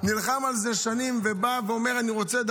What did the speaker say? נלחם על זה שנים, בא ואומר: אני רוצה.